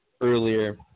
earlier